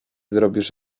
zrobisz